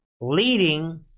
leading